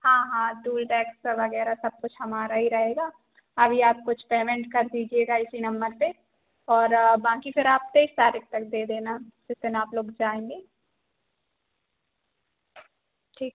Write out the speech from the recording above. हाँ हाँ toll tax का वग़ैरह सब कुछ का हमारा ही रहेगा अभी आप कुछ पेमेंट कर दीजिएगा इसी नंबर पर और बाक़ी फिर आप तेईस तारीख़ तक दे देना जिस दिन आप लोग जाएँगे ठीक